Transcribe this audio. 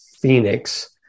Phoenix